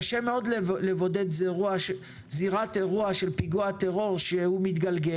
קשה מאוד לבודד זירת אירוע של פיגוע טרור מתגלגל.